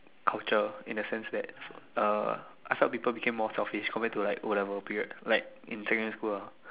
culture in the sense that uh I felt people became more selfish compared to like o-level period like in secondary school ah